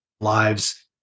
lives